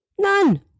None